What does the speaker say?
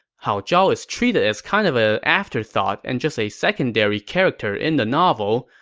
hao zhao is treated as kind of an afterthought and just a secondary character in the novel,